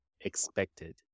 expected